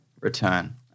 return